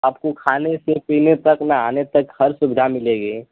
आपको खाने से पीने तक नहाने तक हर सुविधा मिलेगी